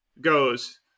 goes